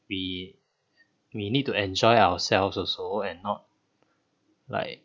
we we need to enjoy ourselves also and not like